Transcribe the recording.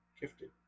gifted